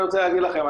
אני רוצה להגיד לכם.